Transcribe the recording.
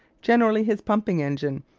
generally his pumping engine,